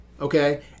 Okay